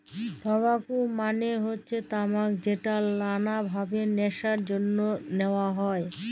টবাক মালে হচ্যে তামাক যেট লালা ভাবে ল্যাশার জ্যনহে লিয়া হ্যয়